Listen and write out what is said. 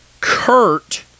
Kurt